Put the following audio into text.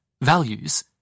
values